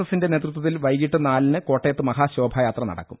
S ന്റെ നേതൃത്വ ത്തിൽ വൈകീട്ട് നാലിന് കോട്ടയത്ത് മഹാശോഭയാത്ര നടക്കും